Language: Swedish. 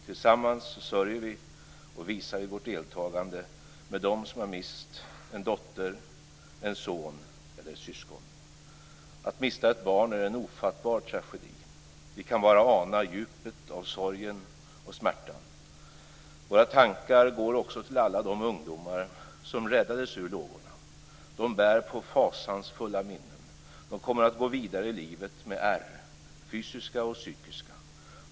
Tillsammans sörjer vi och visar vi vårt deltagande med dem som har mist en dotter, en son eller ett syskon. Att mista ett barn är en ofattbar tragedi. Vi kan bara ana djupet av sorgen och smärtan. Våra tankar går också till alla de ungdomar som räddades ur lågorna. De bär på fasansfulla minnen. De kommer att gå vidare i livet med ärr, fysiska och psykiska.